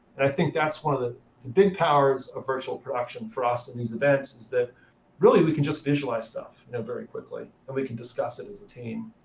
and i think that's one of and big powers of virtual production for us in these events, is that really we can just visualize stuff very quickly, and we can discuss it as a team.